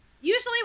Usually